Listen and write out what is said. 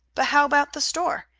but how about the store?